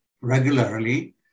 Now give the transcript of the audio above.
regularly